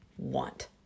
want